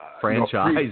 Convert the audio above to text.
franchise